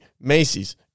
Macy's